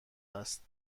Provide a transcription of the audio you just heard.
است